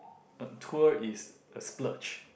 a tour is a splurge